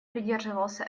придерживался